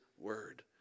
word